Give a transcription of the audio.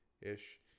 ish